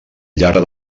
llarg